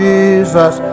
Jesus